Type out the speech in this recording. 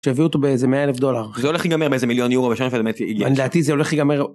שיביאו אותו באיזה 100 אלף דולר זה הולך להיגמר באיזה מיליון יורו ... לדעתי זה הולך להיגמר.